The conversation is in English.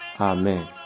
Amen